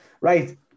right